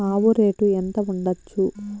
ఆవు రేటు ఎంత ఉండచ్చు?